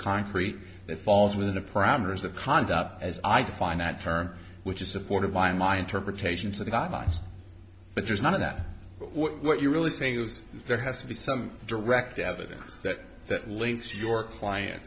concrete that falls within the parameters of conduct as i define that term which is supported by my interpretations of the guidelines but there's none of that what you really think is there has to be some direct evidence that that links your client